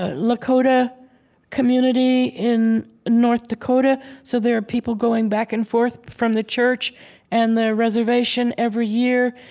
ah lakota community in north dakota, so there are people going back and forth from the church and the reservation every year.